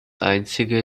einzige